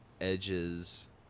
edges